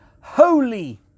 holy